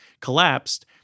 collapsed